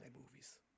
movies